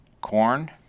Corn